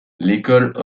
l’école